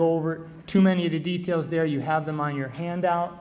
go over too many of the details there you have them on your handout